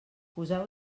poseu